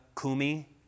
kumi